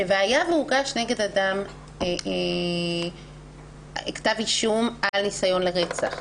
שאם הוגש נגד אדם כתב אישום על ניסיון לרצח,